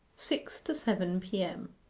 six to seven p m.